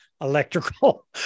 electrical